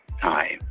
time